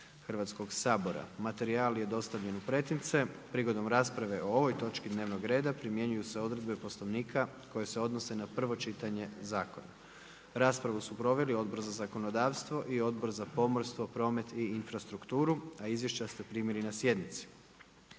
Hrvatskoga sabora. Materijal je dostavljen u pretince. Prigodom rasprave o ovoj točki dnevnog reda primjenjuju se odredbe Poslovnika koje se odnose na prvo čitanje zakona. Raspravu su proveli Odbor za zakonodavstvo i Odbor za pomorstvo, promet i infrastrukturu a izvješća ste primili na sjednici.